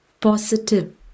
positive